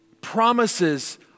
promises